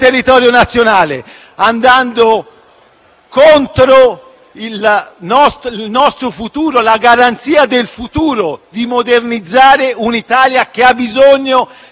contro il nostro futuro e la garanzia del futuro di modernizzare un'Italia che ha bisogno di essere modernizzata e avrebbe le condizioni